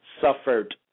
Suffered